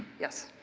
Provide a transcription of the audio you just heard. yes.